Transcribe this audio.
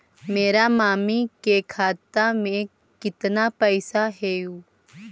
मेरा मामी के खाता में कितना पैसा हेउ?